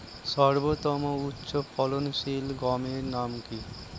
সর্বতম উচ্চ ফলনশীল গমের নাম কি?